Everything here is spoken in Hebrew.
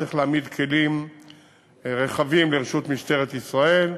צריך להעמיד כלים רחבים לרשות משטרת ישראל.